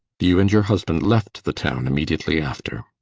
you and your husband left the town immediately after.